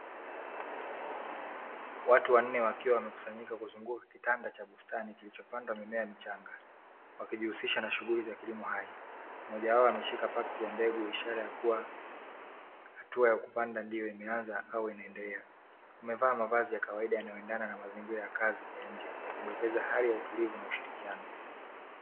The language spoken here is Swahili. Watu wanne wakiwa wamekusanyika kuzunguka kitanda cha bustani kilichopandwa mimea michanga wakijihusisha na shughuli za kilimo hai, mmoja wao ameshika pakiti ya mbegu ishara ya kuwa hatua ya kupanda ndio imeanza au inaendelea, wamevaa mavazi ya kawaida yanayoendana na mazingira ya kazi ya nje yakidokeza hali ya utulivu na ushirikiano.